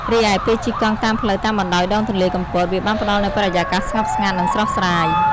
រីឯ ពេលជិះកង់តាមផ្លូវតាមបណ្តោយដងទន្លេកំពត វាបានផ្ដល់នូវបរិយាកាសស្ងប់ស្ងាត់ និងស្រស់ស្រាយ។